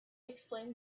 explained